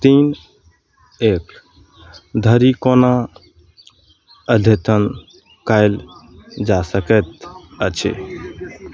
तीन एक धरि कोना अद्यतन कयल जा सकैत अछि